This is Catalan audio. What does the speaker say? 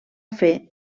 fer